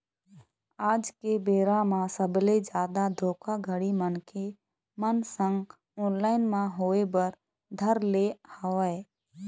आज के बेरा म सबले जादा धोखाघड़ी मनखे मन संग ऑनलाइन म होय बर धर ले हवय